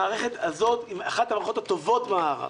המערכת הזאת היא אחת המערכות הטובות במערב.